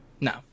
No